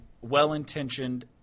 well-intentioned